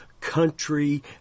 country